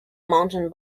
mountain